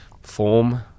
form